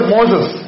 Moses